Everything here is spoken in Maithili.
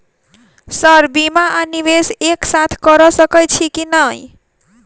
सर बीमा आ निवेश एक साथ करऽ सकै छी की न ई?